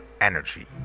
energy